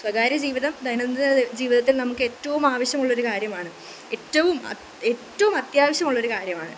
സ്വകാര്യജീവിതം ദൈനംദിന ജീവിതത്തിൽ നമുക്കേറ്റവും ആവശ്യമുള്ളൊരു കാര്യമാണ് ഏറ്റവും ഏറ്റവുമത്യാവശ്യമുള്ളൊരു കാര്യമാണ്